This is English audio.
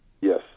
Yes